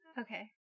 Okay